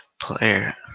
player